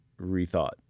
rethought